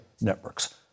networks